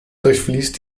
durchfließt